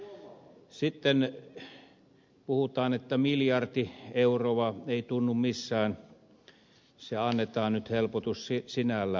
sitten puhutaan että miljardi euroa ei tunnu missään annetaan nyt helpotus sinällään